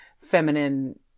feminine